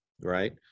right